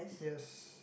yes